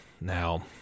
Now